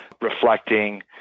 reflecting